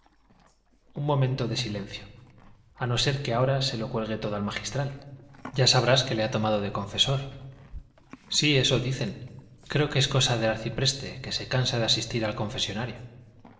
un momento de silencio a no ser que ahora se lo cuente todo al magistral ya sabrás que le ha tomado de confesor sí eso dicen creo que es cosa del arcipreste que se cansa de asistir al confesonario